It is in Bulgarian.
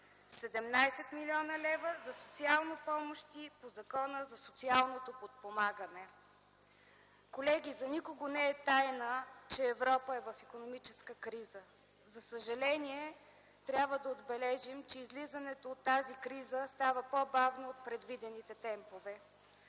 17 млн. лв. за социални помощи по Закона за социално подпомагане. Колеги, за никого не е тайна, че Европа е в икономическа криза. За съжаление трябва да отбележим, че излизането от тази криза става по-бавно от предвидените темпове.